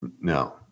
no